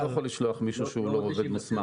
אני לא יכול לשלוח מישהו שהוא לא עובד מוסמך,